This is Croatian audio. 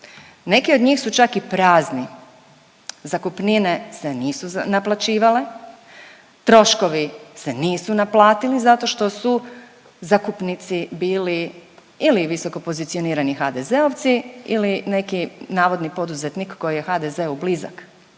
neki od njih su čak i prazni, zakupnine se nisu naplaćivale, troškovi se nisu naplatili zato što su zakupnici bili ili visoko pozicionirani HDZ-ovci ili neki navodni poduzetnik koji je HDZ-u blizak